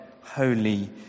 holy